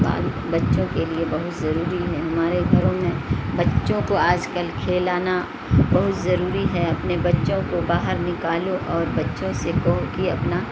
بچوں کے لیے بہت ضروری ہیں ہمارے گھروں میں بچوں کو آج کل کھیل آنا بہت ضروری ہے اپنے بچوں کو باہر نکالو اور بچوں سے کہو کہ اپنا